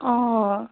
অঁ অঁ